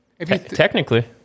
Technically